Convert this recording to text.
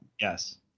Yes